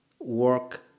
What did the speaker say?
work